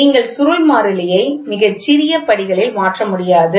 நீங்கள் சுருள் மாறிலியைப் மிகச் சிறிய படிகளில் மாற்ற முடியாது